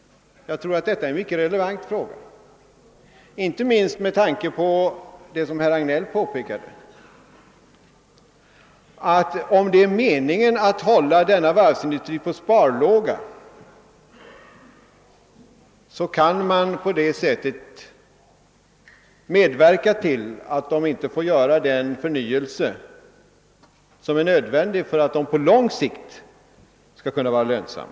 Jag tror att detta är en mycket relevant fråga inte minst med tanke på det som herr Hagnell påpekade, att om det är meningen att hålla denna varvsindustri på sparlåga, kan man medverka till att den inte får göra den förnyelse som är nödvändig för att den på lång sikt skall kunna vara lönsam.